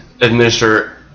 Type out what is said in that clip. administer